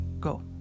go